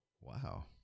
Wow